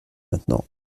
maintenant